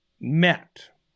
met